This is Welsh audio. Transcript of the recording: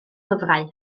lyfrau